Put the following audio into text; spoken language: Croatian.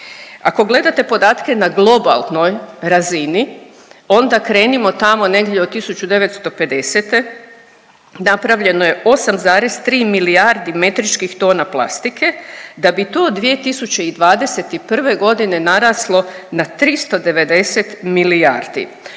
Ako gledate podatke na globalnoj razini onda krenimo tamo negdje od 1950., napravljeno je 8,3 milijardi metričkih tona plastike da bi to 2021.g. naraslo na 390 milijardi,